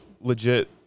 legit